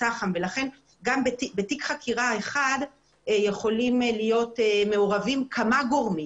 צח"מ ולכן גם בתיק חקירה אחד יכולים להיות מעורבים כמה גורמים.